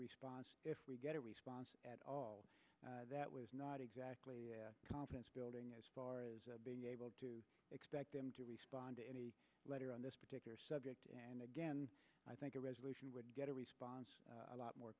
response if we get a response at all that was not exactly confidence building as far as being able to expect them to respond to any letter on this particular subject and again i think a resolution would get a response a lot more